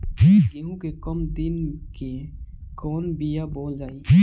गेहूं के कम दिन के कवन बीआ बोअल जाई?